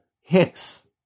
hicks